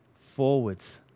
forwards